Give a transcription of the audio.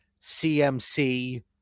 CMC